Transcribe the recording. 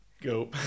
go